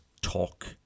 talk